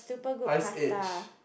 Ice Edge